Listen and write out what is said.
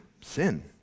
sin